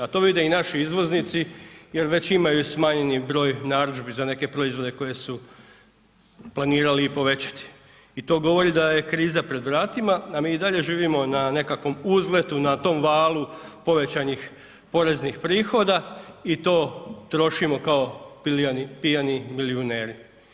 A to vide i naši izvoznici jer već imaju smanjeni broj narudžbi za neke proizvode koji su planirali i povećati i to govori da je kriza pred vratima, a mi i dalje živimo na nekakvom uzletu na tom valu povećanih poreznih prihoda i to trošimo kao pijani milijuneri.